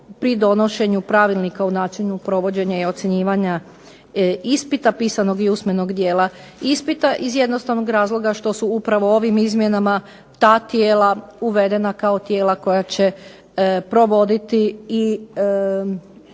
pri donošenja pravilnika u načinu provođenja i ocjenjivanja ispita, pisanog i usmenog dijela ispita. Iz jednostavnog razloga što su upravo ovim izmjenama ta tijela uvedena kao tijela koja će provoditi i